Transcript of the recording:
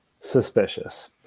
Suspicious